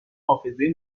حافظه